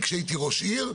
כשאני הייתי ראש עיר,